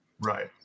Right